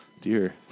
dear